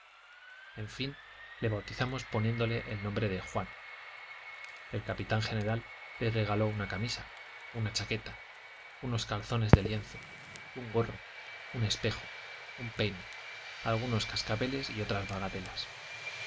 en fín le bautizamos poniéndole el nombre de juan el capitán general le regaló una camisa una chaqueta unos calzones de lienzo un gorro un espejo un peine algunos cascabeles y otras bagatelas